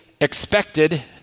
expected